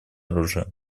оружие